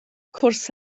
cwrs